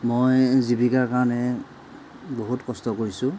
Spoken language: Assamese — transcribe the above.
মই জীৱিকাৰ কাৰণে বহুত কষ্ট কৰিছোঁ